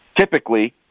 Typically